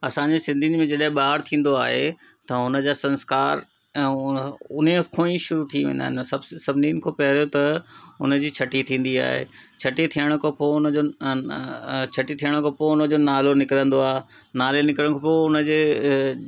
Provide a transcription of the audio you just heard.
असांजी सिंधियुनि में जॾहिं ॿार थींदो आहे त उन जा संस्कार ऐं उन्हीअ खां ई शुरु थी वेंदा आहिनि सभिनीनि खां पहिरियों त उन जी छटी थींदी आहे छटी थियण खां पोइ उन जो छटी थियण खां पोइ उन जो नालो निकिरंदो आहे नाले निकिरण खां पोइ उन जे